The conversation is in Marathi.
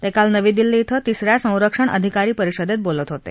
ते काल नवी दिल्ली इथं तिस या संरक्षण अधिकारी परिषदेत बोलत होते